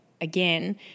again